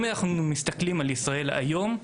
אם אנחנו מסתכלים על ישראל כיום,